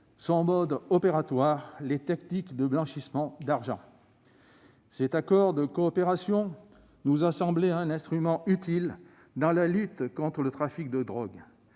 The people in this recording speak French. son mode opératoire ou les techniques de blanchiment d'argent. Cet accord de coopération nous a semblé un instrument utile dans la lutte contre le trafic de drogue.